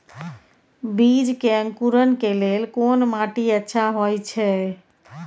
बीज के अंकुरण के लेल कोन माटी अच्छा होय छै?